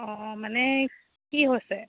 অঁ মানে কি হৈছে